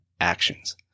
actions